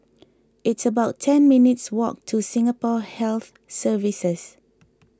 it's about ten minutes walk to Singapore Health Services